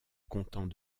content